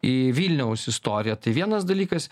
į vilniaus istoriją tai vienas dalykas